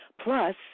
plus